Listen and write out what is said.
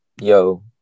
yo